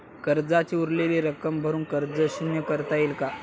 कर्जाची उरलेली रक्कम भरून कर्ज शून्य करता येईल का?